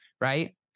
Right